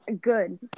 Good